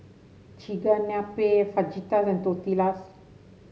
Chigenabe Fajitas and Tortillas